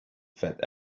fat